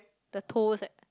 the toes at